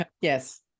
Yes